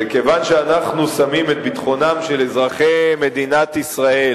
וכיוון שאנחנו שמים את ביטחונם של אזרחי מדינת ישראל